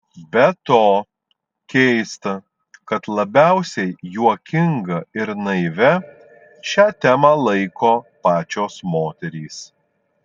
be to keista kad labiausiai juokinga ir naivia šią temą laiko pačios moterys